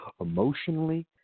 emotionally